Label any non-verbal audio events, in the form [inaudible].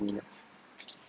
yup [noise]